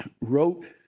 wrote